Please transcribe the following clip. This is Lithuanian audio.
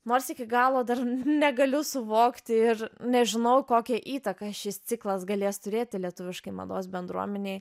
nors iki galo dar negaliu suvokti ir nežinau kokią įtaką šis ciklas galės turėti lietuviškai mados bendruomenei